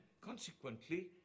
Consequently